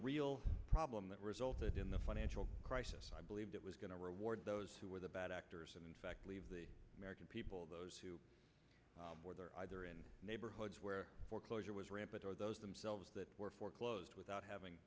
real problem that resulted in the financial crisis i believed it was going to reward those who were the bad actors and in fact leave the american people those who were either in neighborhoods where foreclosure was rampant or those themselves that were foreclosed without having